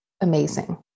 amazing